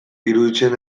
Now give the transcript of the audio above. iruditzen